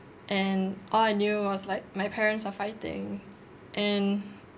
and all I knew was like my parents are fighting and